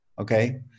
okay